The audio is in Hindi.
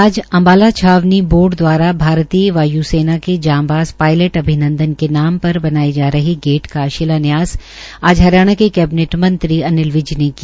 आज अम्बाला छावनी बोर्ड दवारा भारतीय वाय सेना के जाबाज़ पायलेट अभिनंदन के नाम पर बनाये जा रहे गेट का शिलान्यास आज हरियाणा के कैबिनेट मंत्री अनिल विज ने किया